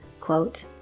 quote